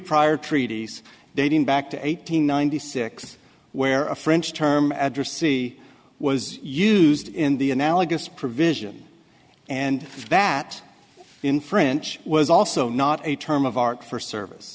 prior treaties dating back to eight hundred ninety six where a french term address c was used in the analogous provision and that in french was also not a term of art for service